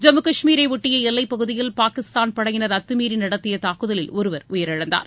ஜம்மு கஷ்மீரை ஒட்டிய எல்லைப்பகுதியில் பாகிஸ்தான் படையினர் அத்தமீறி நடத்திய தாக்குதலில் ஒருவர் உயிரிழந்தார்